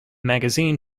magazine